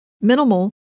minimal